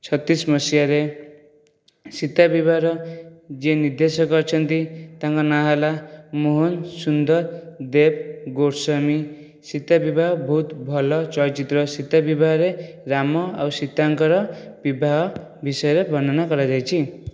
ଛତିଶ ମସିହାରେ ସୀତା ବିବାହର ଯିଏ ନିର୍ଦ୍ଦେଶକ ଅଛନ୍ତି ତାଙ୍କ ନାଁ ହେଲା ମୋହନ ସୁନ୍ଦର ଦେବ ଗୋସ୍ଵାମି ସୀତା ବିବାହ ବହୁତ ଭଲ ଚଳଚ୍ଚିତ୍ର ସୀତା ବିବାହରେ ରାମ ଆଉ ସୀତାଙ୍କର ବିବାହ ବିଷୟରେ ବର୍ଣ୍ଣନା କରାଯାଇଛି